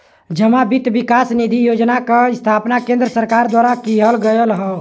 जमा वित्त विकास निधि योजना क स्थापना केन्द्र सरकार द्वारा किहल गयल हौ